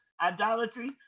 idolatry